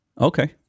okay